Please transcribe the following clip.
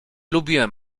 lubiłem